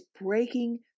breaking